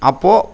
அப்போது